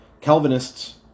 Calvinists